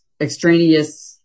extraneous